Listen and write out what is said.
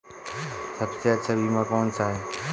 सबसे अच्छा बीमा कौनसा है?